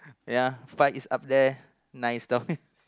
ya